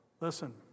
Listen